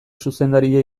zuzendaria